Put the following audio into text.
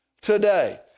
today